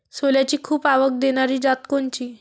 सोल्याची खूप आवक देनारी जात कोनची?